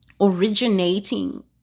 originating